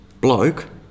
bloke